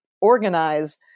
organize